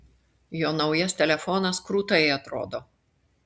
jo naujas telefonas krūtai atrodo